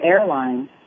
airline